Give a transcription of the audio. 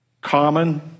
common